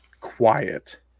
quiet